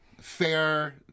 fair